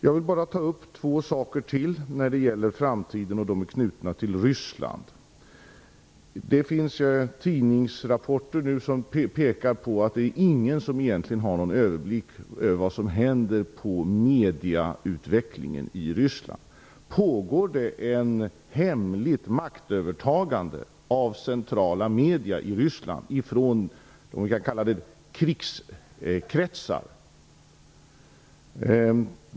Jag vill bara ta upp två saker till när det gäller framtiden. Båda handlar om Ryssland. Det finns tidningsrapporter som pekar på att ingen egentligen har en överblick över medieutvecklingen i Ryssland. Pågår det ett hemligt maktövertagande av de centrala medierna i Ryssland ifrån s.k. krigskretsar?